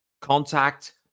contact